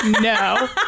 No